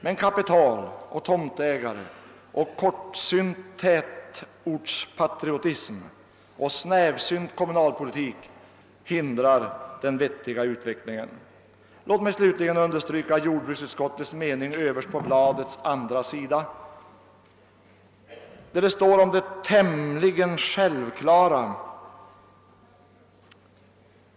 Men kapital, tomtägare, kortsynt tätortspatriotism och snävsynt kommunalpolitik hindrar en vettig utveckling. Låt mig slutligen understryka jordbruksutskottets mening överst på bladets andra sida där det står om det tämligen självklara i att man inte tar högvärdig jordbruksmark i anspråk för tätbebyggelseändamål om en likvärdig lösning kan åstadkommas på annan mark.